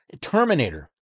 Terminator